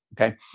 Okay